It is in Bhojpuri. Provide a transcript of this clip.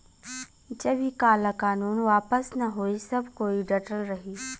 जब इ काला कानून वापस न होई सब कोई डटल रही